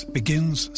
begins